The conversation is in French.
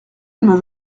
qu’elle